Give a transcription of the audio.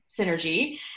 Synergy